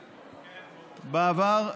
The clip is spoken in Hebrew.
בעבר,